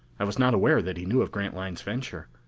i was not aware that he knew of grantline's venture.